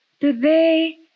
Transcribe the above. today